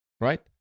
Right